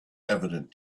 evident